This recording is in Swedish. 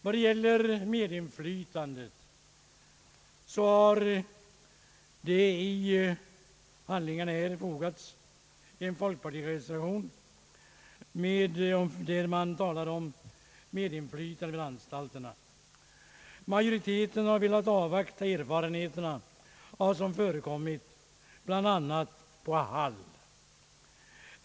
Vad det gäller medinflytandet har till utskottsutlåtandet fogats en folkpartireservation där man talar om medinflytande vid anstalterna. Majoriteten har velat avvakta erfarenheterna från bla. Hail.